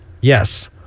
Yes